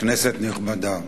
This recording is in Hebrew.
כנסת נכבדה,